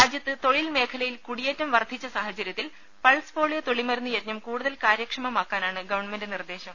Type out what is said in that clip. രാജ്യത്ത് തൊഴിൽമേഖലയിൽ കുടിയേറ്റം വർദ്ധിച്ച സാഹചര്യത്തിൽ പൾസ് പോളിയോ തുള്ളിമരുന്ന് യജ്ഞം കൂടുതൽ കാര്യക്ഷമമാക്കാനാണ് ഗവൺമെന്റ് നിർദ്ദേശം